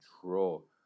control